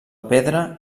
pedra